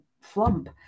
flump